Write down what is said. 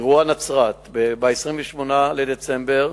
אירוע נצרת: ב-28 בדצמבר,